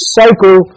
cycle